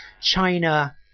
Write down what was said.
China